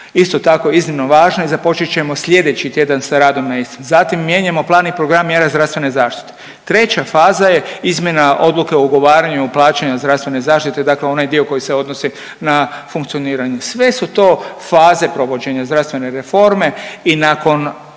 isto tako iznimno važne i započet ćemo sljedeći tjedan sa radom … zatim mijenjamo plan i program mjera zdravstvene zaštite. Treća faza je izmjena odluke o ugovaranju i plaćanju zdravstvene zaštite dakle onaj dio koji se odnosi na funkcioniranje. Sve su to faze provođenja zdravstvene reforme i nakon